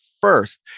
first